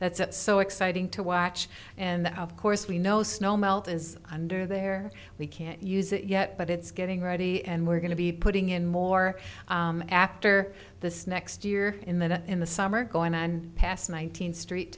that's so exciting to watch and of course we know snow melt is under there we can't use it yet but it's getting ready and we're going to be putting in more after this next year in the in the summer going on past one nine hundred street